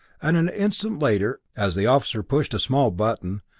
and an instant later, as the officer pushed a small button,